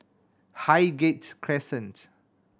Highgate Crescent